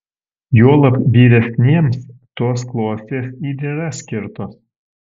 juolab vyresniems tos klostės ir yra skirtos